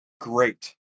great